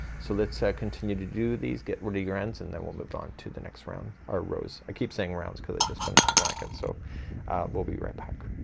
so let's so continue to do these. get rid of your ends and then we'll move on to the next round or rows. i keep saying rounds because i just finished a blanket. so we'll be right back.